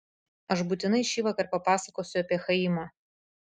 aš būtinai šįvakar papasakosiu apie chaimą